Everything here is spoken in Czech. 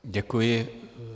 Děkuji.